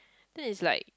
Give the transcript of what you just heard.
then it's like